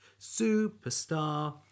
Superstar